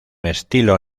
estilo